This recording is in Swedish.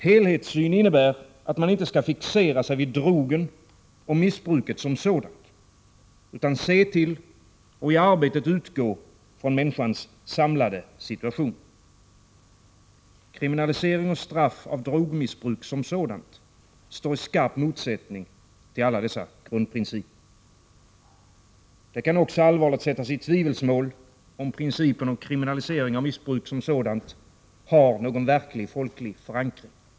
Helhetssyn innebär att man inte skall fixera sig vid drogen och missbruket som sådant utan se till och i arbetet utgå från människans samlade situation. Kriminalisering av och straff för drogmissbruk som sådant står i skarp motsättning till alla dessa grundprinciper. Det kan också allvarligt sättas i tvivelsmål om principen om kriminalisering av missbruk som sådant har någon verklig folklig förankring.